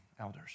elders